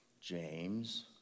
James